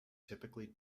typically